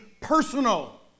personal